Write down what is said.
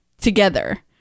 together